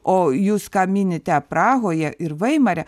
o jūs ką minite prahoje ir vaimare